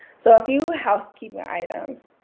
so a few housekeeping items.